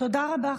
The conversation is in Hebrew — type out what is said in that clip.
תודה רבה,